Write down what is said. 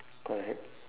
correct